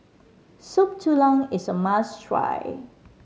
Soup Tulang is a must try